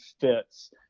fits